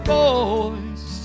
boys